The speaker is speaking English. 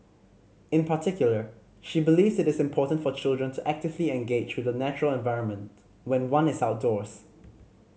in particular she believes it is important for children to actively engage with the natural environment when one is outdoors